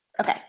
Okay